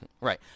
Right